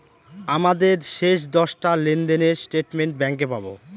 আমাদের শেষ দশটা লেনদেনের স্টেটমেন্ট ব্যাঙ্কে পাবো